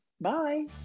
Bye